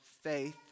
faith